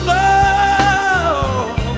love